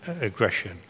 aggression